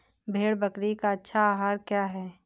भेड़ बकरी का अच्छा आहार क्या है?